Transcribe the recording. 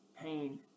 Pain